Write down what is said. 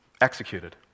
executed